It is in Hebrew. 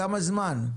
לכמה זמן?